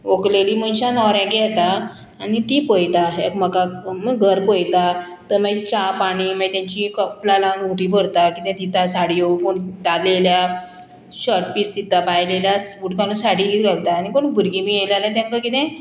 व्हंकलेली मनशान न्हवऱ्यागेर येता आनी तीं पयता एकमेकाक घर पयता तर मागीर च्या पाणी मागीर तेंची कपला लावन उंटी भरता कितें दिता साडयो कोण दादले येयल्यार शर्ट पीस दिता बायल्यो येयल्या बूट काडून साडी किदें घालता आनी कोण भुरगीं बी येयल जाल्यार तेंका किदें